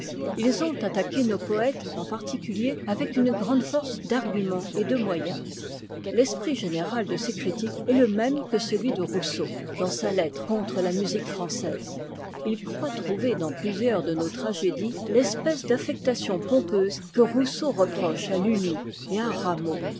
ils ont attaqué nos poëtes en particulier avec une grande force d'argument et de moyens l'esprit général de ces critiques est le même que celui de rousseau dans sa lettre contre la musique française ils croient trouver dans plusieurs de nos tragédies l'espèce d'affectation pompeuse que rousseau reproche à lulli et à rameau